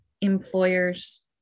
employers